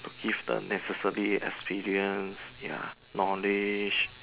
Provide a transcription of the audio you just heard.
give them necessary experience ya knowledge